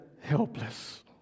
helpless